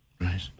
Right